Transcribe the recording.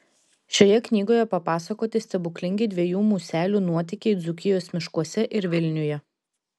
šioje knygoje papasakoti stebuklingi dviejų muselių nuotykiai dzūkijos miškuose ir vilniuje